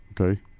Okay